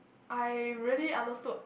I really understood